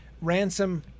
Ransom